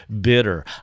bitter